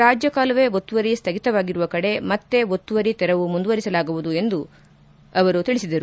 ರಾಜ ಕಾಲುವೆ ಒತ್ತುವರಿ ಸ್ವಗಿತವಾಗಿರುವ ಕಡೆ ಮತ್ತೆ ಒತ್ತುವರಿ ತೆರವು ಮುಂದುವರಿಸಲಾಗುವುದು ಎಂದು ತಿಳಿಸಿದರು